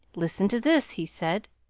listen to this, he said